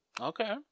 Okay